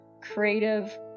creative